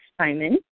Simon